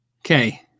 okay